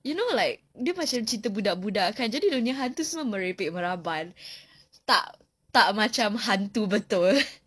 you know like dia macam cerita budak-budak kan jadi dia punya hantu semua merepek-meraban tak tak macam hantu betul